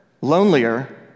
lonelier